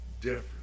different